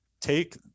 take